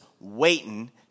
waiting